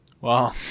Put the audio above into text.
Wow